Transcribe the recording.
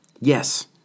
Yes